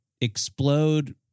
explode